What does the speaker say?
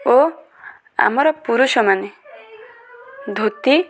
ଓ ଆମର ପୁରୁଷମାନେ ଧୋତି